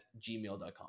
gmail.com